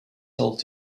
sold